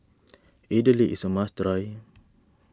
Idili is a must try